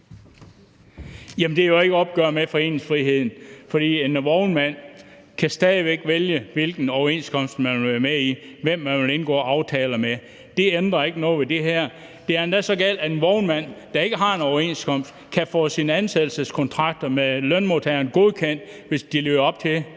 Det er ikke et opgør med foreningsfriheden. En vognmand kan stadig væk vælge, hvilken overenskomst vedkommende vil være med i, og hvem man vil indgå aftaler med. Det bliver der med det her ikke ændret noget på. Det er endda så galt, at en vognmand, der ikke har en overenskomst, kan få sine ansættelseskontrakter med lønmodtageren godkendt, hvis de lever op til